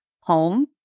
home